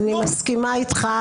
אני מסכימה איתך.